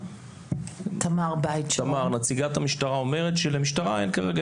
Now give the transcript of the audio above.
אומרת תמר נציגת המשטרה שלמשטרה אין כרגע